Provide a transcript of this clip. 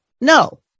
No